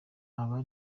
aba